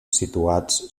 situats